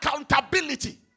accountability